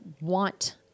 want